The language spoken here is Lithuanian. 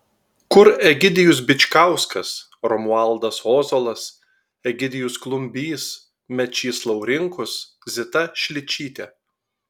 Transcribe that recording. kur egidijus bičkauskas romualdas ozolas egidijus klumbys mečys laurinkus zita šličytė